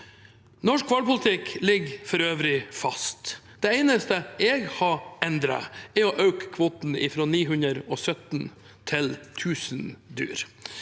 Norsk hvalpolitikk ligger for øvrig fast. Det eneste jeg har endret, er å øke kvoten fra 917 til 1 000 dyr.